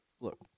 look